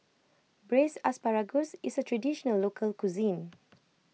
Braised Asparagus is a Traditional Local Cuisine